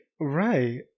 Right